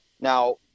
Now